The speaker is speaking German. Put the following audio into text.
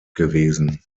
gewesen